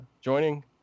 joining